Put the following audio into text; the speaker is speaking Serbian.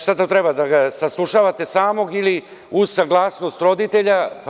Šta treba da ga saslušavate samog ili uz saglasnost roditelja.